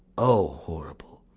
o, horrible!